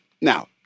Now